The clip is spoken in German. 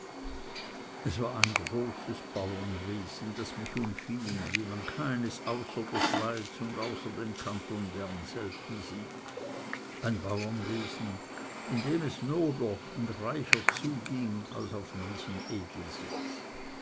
es war ein großes bauernwesen das mich umfing wie man keines außer der schweiz und außer dem kanton bern selten sieht ein bauernwesen in dem es nobler und reicher zuging als auf manchem